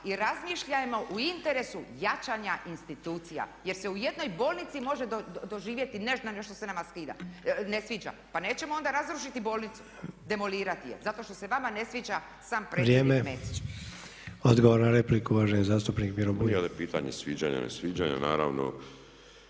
i razmišljajmo u interesu jačanja institucija. Jer se u jednoj bolnici može doživjeti nešto što se nama ne sviđa pa nećemo onda razrušiti bolnicu i demolirati je zato što se vama ne sviđa sam predsjednik Mesić. **Sanader, Ante (HDZ)** Odgovor na repliku, uvaženi zastupnik Miro Bulj. **Bulj, Miro